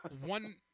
one